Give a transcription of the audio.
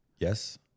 Yes